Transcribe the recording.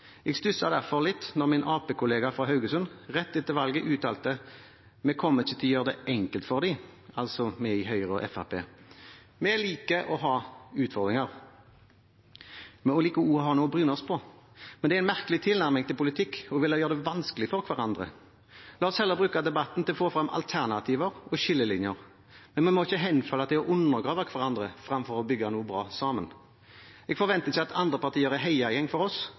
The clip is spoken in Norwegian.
Jeg stusset derfor litt da min kollega fra Arbeiderpartiet fra Haugesund rett etter valget uttalte: Vi kommer ikke til å gjøre det enkelt for dem. Han mente altså for oss fra Høyre og Fremskrittspartiet. Vi liker å ha utfordringer, og vi liker også å ha noe å bryne oss på. Men det er en merkelig tilnærming til politikk å ville gjøre det vanskelig for hverandre. La oss heller bruke debatten til å få frem alternativer og skillelinjer. Vi må ikke henfalle til å undergrave hverandre framfor å bygge noe bra sammen. Jeg forventer ikke at andre partier er heiagjeng for oss,